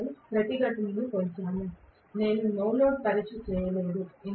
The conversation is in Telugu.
నేను ప్రతిఘటనను కొలిచాను నేను నోలోడ్ పరీక్ష చేయలేదు